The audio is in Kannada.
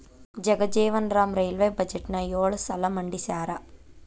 ಜಗಜೇವನ್ ರಾಮ್ ರೈಲ್ವೇ ಬಜೆಟ್ನ ಯೊಳ ಸಲ ಮಂಡಿಸ್ಯಾರ